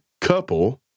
couple